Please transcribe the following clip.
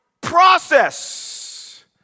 process